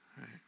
right